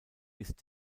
ist